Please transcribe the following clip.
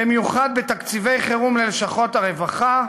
במיוחד בתקציבי חירום ללשכות הרווחה,